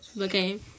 Okay